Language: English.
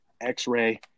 X-Ray